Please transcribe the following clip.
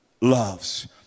loves